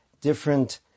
different